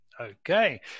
Okay